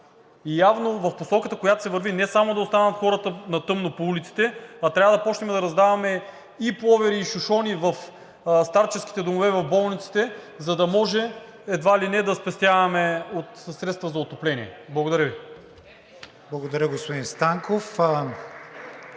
И явно в посоката, в която се върви – не само да останат хората на тъмно по улиците, а трябва да започнем да раздаваме и пуловери, и шушони в старческите домове и в болниците, за да може едва ли не да спестяваме от средства за отопление. Благодаря Ви. (Ръкопляскания от